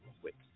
quick